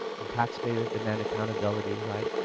and tax payers demand accountability right,